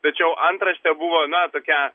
tačiau antraštė buvo na tokia